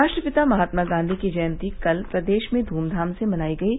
राष्ट्रपिता महात्मा गांधी की जयंती कल प्रदेश में धूमधाम से मनाई गयी